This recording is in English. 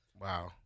Wow